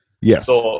Yes